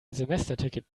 semesterticket